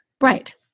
Right